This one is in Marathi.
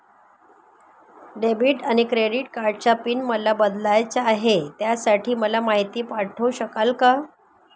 डेबिट आणि क्रेडिट कार्डचा पिन मला बदलायचा आहे, त्यासाठी मला माहिती पाठवू शकाल का?